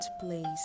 place